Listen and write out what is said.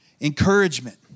Encouragement